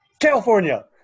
California